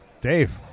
Dave